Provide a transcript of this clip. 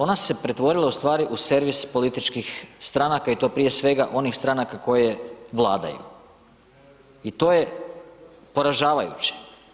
Ona se pretvorila u stvari u servis političkih stranaka i to prije svega onih stranaka koje vladaju i to je poražavajuće.